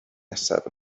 nesaf